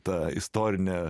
ta istorine